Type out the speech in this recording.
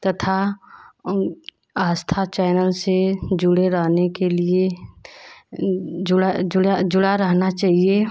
तथा आस्था चैनल से जुड़े रहने के लिए जुड़ा जुड़ा जुड़ा रहना चाहिए